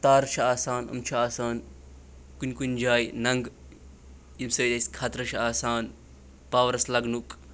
تارٕ چھِ آسان یِم چھِ آسان کُنہِ کُنہِ جایہِ ننٛگہٕ ییٚمہِ سۭتۍ اَسہِ خطرٕ چھُ آسان پاورَس لَگنُک